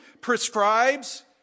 prescribes